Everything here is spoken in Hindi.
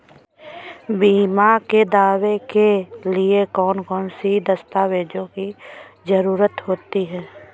बीमा के दावे के लिए कौन कौन सी दस्तावेजों की जरूरत होती है?